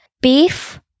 Beef